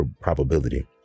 probability